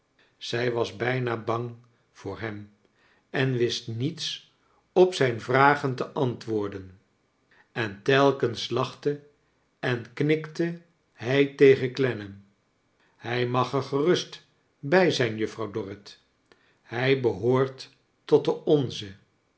zij was brjna bang voor hem en wist niets op zijn vragen te ant wo or den en telkens lachte en knikte hij tegen clennam hij mag er gerust bij zijn juffronw dorrit hij behoort tot de onzen